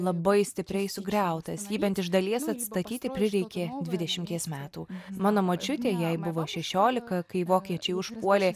labai stipriai sugriautas jį bent iš dalies atstatyti prireikė dvidešimties metų mano močiutė jai buvo šešiolika kai vokiečiai užpuolė